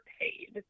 paid